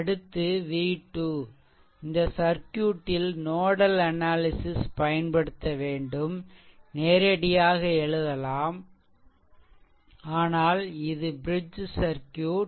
அடுத்து v2 இந்த சர்க்யூட்டில் நோடல் அனாலிசிஷ் பயன்படுத்த வேண்டும் நேரடியாக எழுதலாம் ஆனால் இது பிரிட்ஜ் சர்க்யூட்